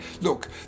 look